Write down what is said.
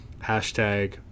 hashtag